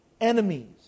enemies